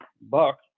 buck